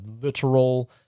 literal